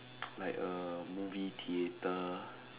like a movie theatre